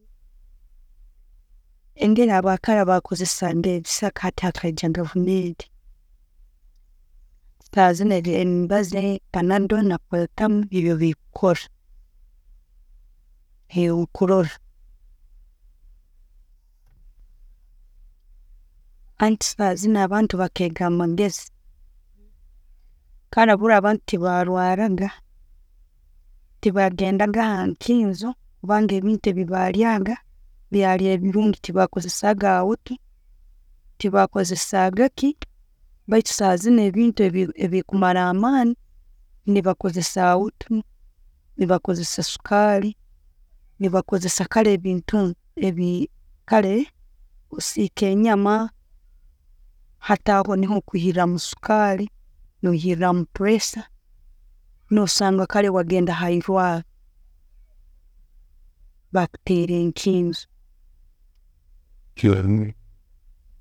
Engeri abakara bakozesaga ebisaka hati akaija government. Saha zino emibaazi panadol na coarten nibyo bikukora ebyenkurora. Hati saha zinu abantu bakega amagezi, kara buli abantu tebarwaraga, tebagendaga hakinzo kubanga ebintu byebalyaga byali birungi. Tebakozesaga auti, tebakozesagaki, baitu saha zino ebintu ebikumara amani nebakozesa auti, nebakozesa sukali, nebakozesa kale ebintu, kale, osika enyama hati aho nuho kwihiramu sukali, nohiramu plessure, nosanga kale wagenda hairwaro bakutera enkinzo.